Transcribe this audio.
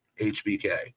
HBK